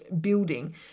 building